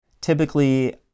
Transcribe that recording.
typically